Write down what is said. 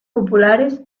populares